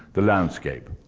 the landscape.